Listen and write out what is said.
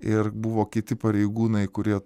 ir buvo kiti pareigūnai kurie